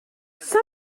some